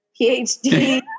PhD